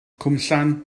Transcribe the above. cwmllan